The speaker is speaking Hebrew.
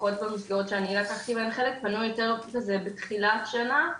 לפחות במסגרות שאני לקחתי בהם חלק פנו יותר כזה בתחילת שנה,